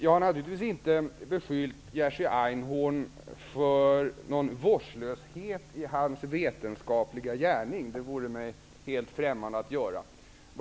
Jag har naturligtvis inte beskyllt Jerzy Einhorn för någon vårdslöshet i hans vetenskapliga gärning. Det vore mig helt främmande att göra.